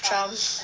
trump